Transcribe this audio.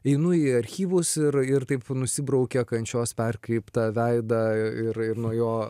einu į archyvus ir ir taip nusibraukia kančios perkreiptą veidą ir ir nuo jo